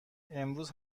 امروز